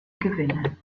gewinnen